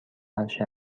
عرشه